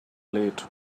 late